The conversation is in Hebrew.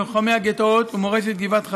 לוחמי הגטאות ומורשת גבעת חביבה,